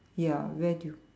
ya where do you